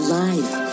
life